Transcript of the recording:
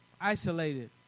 isolated